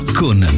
con